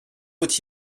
faut